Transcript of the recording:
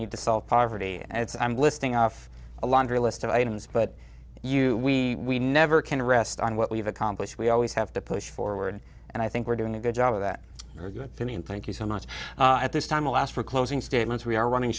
need to solve poverty and it's i'm listing off a laundry list of items but you we never can rest on what we've accomplished we always have to push forward and i think we're doing a good job of that for me and thank you so much at this time alas for closing statements we are running